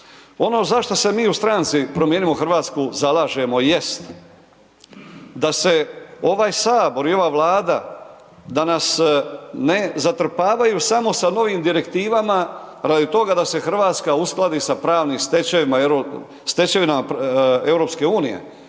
Ono za što se mi u Stranci Promijenimo Hrvatsku jest, da se ovaj sabor i ova Vlada da nas ne zatrpavaju samo sa novim direktivama radi toga da se Hrvatska uskladi sa pravnim stečevinama, stečevinama